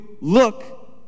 look